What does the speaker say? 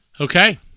Okay